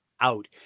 out